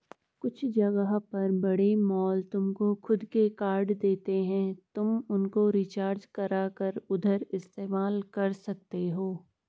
कुछ जगह पर बड़े मॉल तुमको खुद के कार्ड देते हैं तुम उनको रिचार्ज करा कर उधर इस्तेमाल कर सकते हो